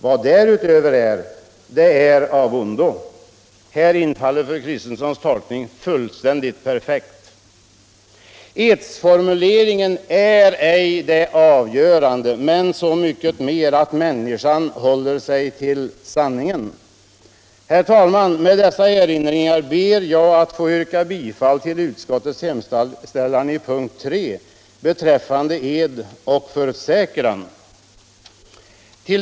Vad därutöver är, det är av ondo.” Här passar fru Kristenssons tolkning in perfekt. Edsformuleringen är inte det avgörande, utan så mycket mer att människan håller sig till sanningen. Herr talman! Med dessa erinringar ber jag att få yrka bifall till utskottets hemställan under punkten 3 beträffande ed och försäkran.